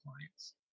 clients